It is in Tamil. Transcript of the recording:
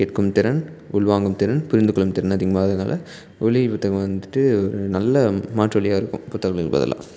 கேட்கும் திறன் உள்வாங்கும் திறன் புரிந்துகொள்ளும் திறன் அதிகமாகிறனால ஒலி புத்தகம் வந்துட்டு நல்ல மாற்றொலியாக இருக்கும் புத்தகங்களுக்கு பதிலாக